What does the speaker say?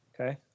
Okay